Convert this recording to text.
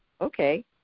okay